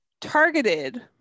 targeted